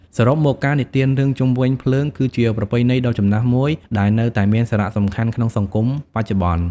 សរុបមក ការនិទានរឿងជុំវិញភ្លើងគឺជាប្រពៃណីដ៏ចំណាស់មួយដែលនៅតែមានសារៈសំខាន់ក្នុងសង្គមបច្ចុប្បន្ន។